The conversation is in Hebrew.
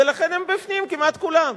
ולכן הן בפנים, כמעט כולן.